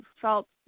felt